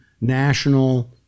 national